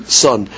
son